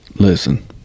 Listen